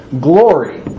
glory